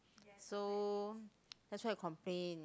so that's why you complain